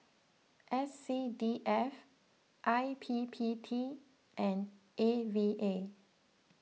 S C D F I P P T and A V A